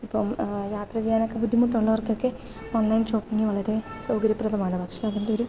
ഇപ്പം യാത്ര ചെയ്യാനൊക്കെ ബുദ്ധിമുട്ടുള്ളവര്ക്കൊക്കെ ഓണ്ലൈന് ഷോപ്പിംഗ് വളരെ സൗകര്യപ്രദമാണ് പക്ഷേ അതിന്റെയൊരു